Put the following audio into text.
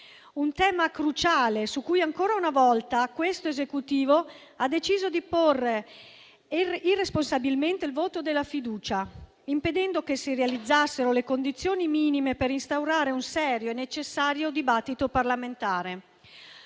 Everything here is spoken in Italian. un tema cruciale, su cui ancora una volta l'Esecutivo ha deciso di porre irresponsabilmente il voto di fiducia, impedendo che si realizzassero le condizioni minime per instaurare un serio e necessario dibattito parlamentare.